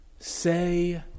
Say